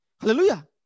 hallelujah